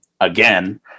again